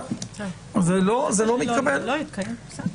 זה לא יתקיים, בסדר.